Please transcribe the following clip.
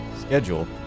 schedule